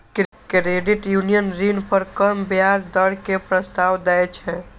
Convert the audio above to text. credit union ऋण पर कम ब्याज दर के प्रस्ताव दै छै